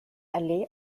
allee